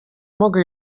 mogę